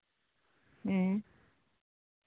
ᱦᱮᱸ